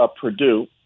Purdue